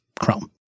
Chrome